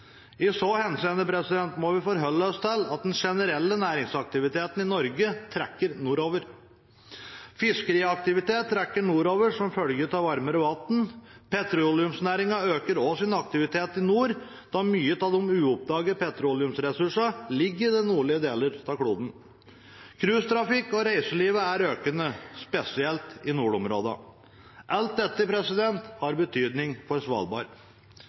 I så henseende må vi forholde oss til at den generelle næringsaktiviteten i Norge trekker nordover. Fiskeriaktivitet trekker nordover som følge av varmere vann, og petroleumsnæringen øker også sin aktivitet i nord, da mye av de uoppdagede petroleumsressursene ligger i de nordlige delene av kloden. Cruisetrafikk og reiselivet er økende, spesielt i nordområdene. Alt dette har betydning for Svalbard.